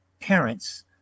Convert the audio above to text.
parents